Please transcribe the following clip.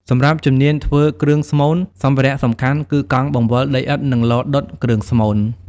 សម្រាប់ជំនាញ ធ្វើគ្រឿងស្មូន សម្ភារៈសំខាន់គឺកង់បង្វិលដីឥដ្ឋនិងឡដុតគ្រឿងស្មូន។